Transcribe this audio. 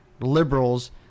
liberals